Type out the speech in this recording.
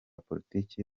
politiki